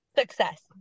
success